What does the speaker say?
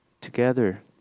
together